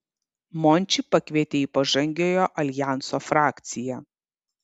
mončį pakvietė į pažangiojo aljanso frakciją